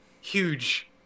huge